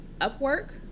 upwork